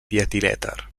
dietilèter